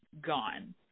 gone